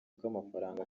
k’amafaranga